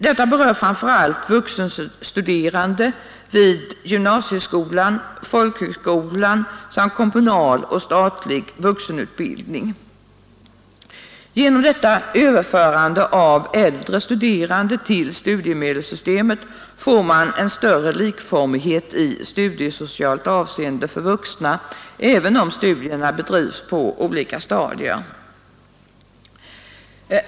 Det berör framför allt vuxenstuderande vid gymnasieskolan, folkhögskolan samt kommunal och statlig vuxenutbildning. Genom detta överförande av äldre studerande till studiemedelssystemet får man en större likformighet i studiesocialt avseende för vuxna även om studierna bedrivs på olika stadier.